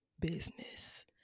business